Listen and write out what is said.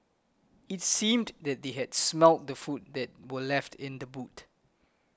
it seemed that they had smelt the food that were left in the boot